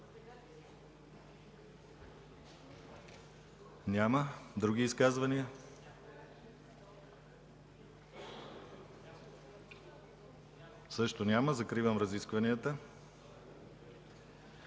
Няма. Други изказвания? Няма. Закривам разискванията.